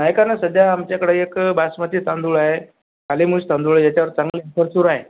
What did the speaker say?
ऐका ना सध्या आमच्याकडे एक बासमती तांदूळ आहे कालीमुछ तांदूळ आहे याच्यावर चांगले भरपूर आहे